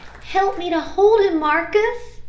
help me to hold him, marcus,